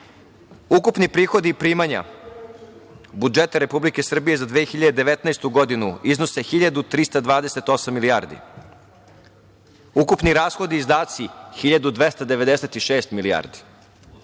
godine. Ukupni prihodi i primanja budžeta Republike Srbije za 2019. godinu iznose 1.328 milijardi. Ukupni rashodi i izdaci 1.296 milijardi.